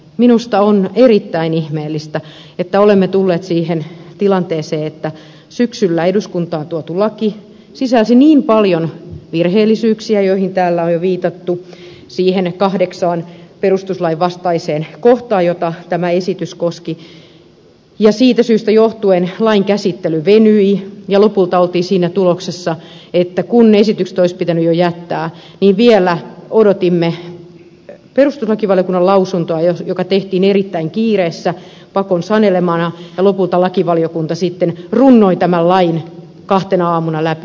minusta on erittäin ihmeellistä että olemme tulleet siihen tilanteeseen että syksyllä eduskuntaan tuotu laki sisälsi niin paljon virheellisyyksiä joihin täällä on jo viitattu siihen kahdeksaan perustuslain vastaiseen kohtaan joita tämä esitys koski ja siitä syystä johtuen lain käsittely venyi ja lopulta oltiin siinä tuloksessa että kun esitykset olisi pitänyt jo jättää niin vielä odotimme perustuslakivaliokunnan lausuntoa joka tehtiin erittäin kiireessä pakon sanelemana ja lopulta lakivaliokunta sitten runnoi tämän lain kahtena aamuna läpi